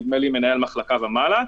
נדמה לי מנהל מחלקה ומעלה,